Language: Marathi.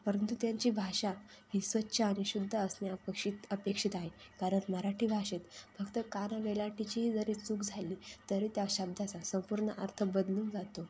परंतु त्यांची भाषा ही स्वच्छ आणि शुद्ध असणे अपेक्षित अपेक्षित आहे कारण मराठी भाषेत फक्त काना वेलांटीची जरी चूक झाली तरी त्या शब्दाचा संपूर्ण अर्थ बदलून जातो